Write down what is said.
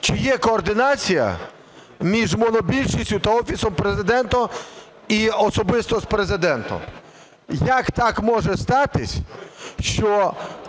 чи є координація між монобільшістю та Офісом Президента і особисто з Президентом? Як так може статися, що